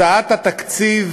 הצעת התקציב